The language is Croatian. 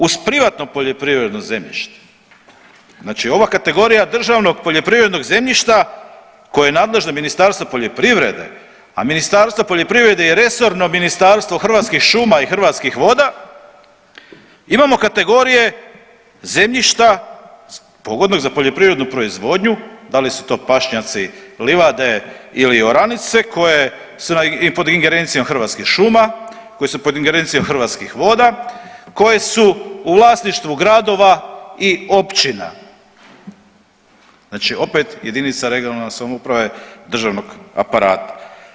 Uz privatno poljoprivredno zemljište znači ova kategorija državnog poljoprivrednog zemljišta koje je nadležno Ministarstvo poljoprivrede, a Ministarstvo poljoprivrede je resorno Ministarstvo Hrvatskih šuma i Hrvatskih voda imamo kategorije zemljišta pogodnog za poljoprivrednu proizvodnju da li su to pašnjaci, livade ili oranice koje su pod ingerencijom Hrvatskih šuma, koje su pod ingerencijom Hrvatskih voda, koje su u vlasništvu gradova i općina, znači opet jedinica regionalne samouprave državnog aparata.